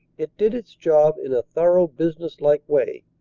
it did its job in a thorough businesslike way,